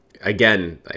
again